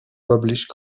published